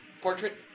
portrait